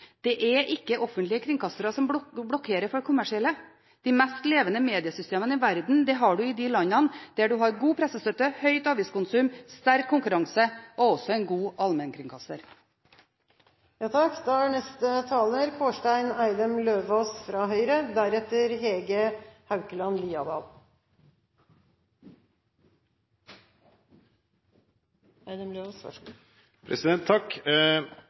Det er ikke offentlige kringkastere som blokkerer for kommersielle. De mest levende mediesystemene i verden har man i de landene der man har god pressestøtte, høyt aviskonsum, sterk konkurranse og også en god